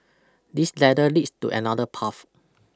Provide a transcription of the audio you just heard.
this ladder leads to another path